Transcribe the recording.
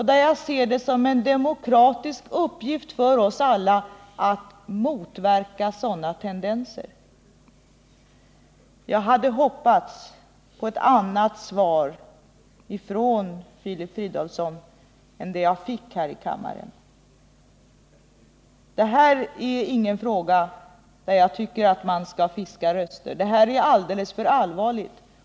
Jag ser det som en demokratisk uppgift för oss alla att motverka sådana tendenser. Jag hade hoppats på ett annat svar från Filip Fridolfsson än det jag fick här. Detta är ingen fråga som man skall fiska röster på — den är alldeles för allvarlig.